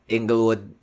Inglewood